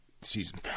season